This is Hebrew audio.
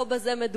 לא בזה מדובר.